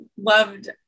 loved